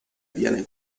viene